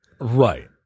Right